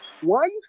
one